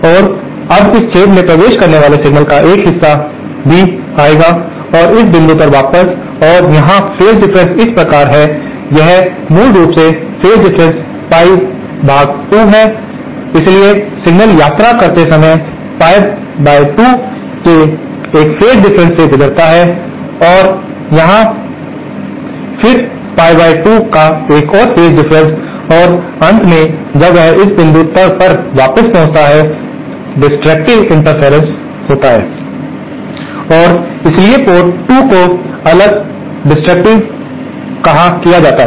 और अब इस छेद में प्रवेश करने वाले सिग्नल का एक हिस्सा भी आएगा इस बिंदु पर वापस और यहाँ फेज डिफरेंस इस प्रकार हैं यह मूल रूप से फेज डिफरेंस पाई पर 2 है इसलिए सिग्नल यात्रा करते समय पाई बाई 2 के एक फेज डिफरेंस से गुजरता है यहाँ और फिर पाई बाई 2 का एक और फेज डिफरेंस और अंत में जब यह इस बिंदु पर वापस पहुँचता है डेसट्रक्टिवे इंटरफेरेंस है और इसलिए पोर्ट 2 को अलग या दिकपल्ड किया जाता है